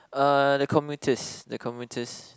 uh the commuters the commuters